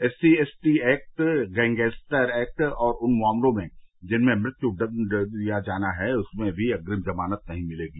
SCS T act gangster act और उन मामलों में जिनमें मृत्यु दंड दिया जाना है उसमें भी अग्रिम जमानत नहीं मिलेगी